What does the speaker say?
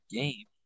game